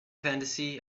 fantasy